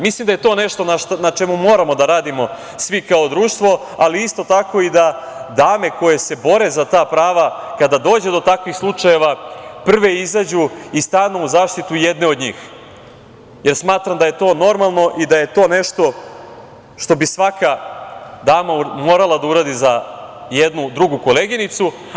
Mislim da je to nešto na čemu moramo da radimo svi kao društvo, ali isto tako, da i dame koje se bore za ta prava, kada dođe do takvih slučajeva, prve izađu i stanu u zaštitu jedne od njih, jer smatram da je to normalno i da je to nešto što bi svaka dama morala da uradi za jednu drugu koleginicu.